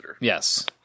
Yes